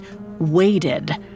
waited